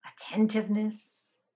attentiveness